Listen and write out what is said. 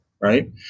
Right